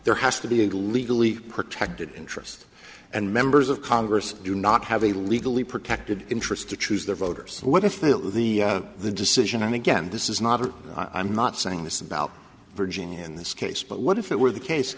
there has to be a legally protected interest and members of congress do not have a legally protected interest to choose their voters what if the the decision and again this is not i'm not saying this about virginia in this case but what if it were the case